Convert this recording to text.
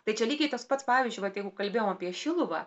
tai čia lygiai tas pats pavyzdžiui vat jeigu kalbėjom kalbėjo apie šiluvą